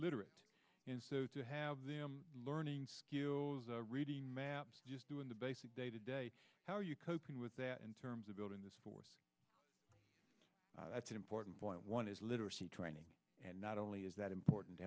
literate and so to have them learning reading maps doing the basic day to day how are you coping with that in terms of building this force that's an important point one is literacy training and not only is that important to